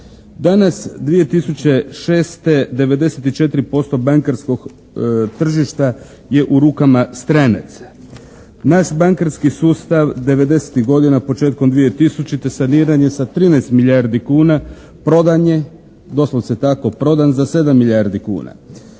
Danas 2006. 94% bankarskog tržišta je u rukama stranaca. Naš bankarski sustav 90-tih godina početkom 2000. saniran je sa 13 milijardi kuna, prodan je, doslovce tako prodan za 7 milijardi kuna.